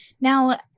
now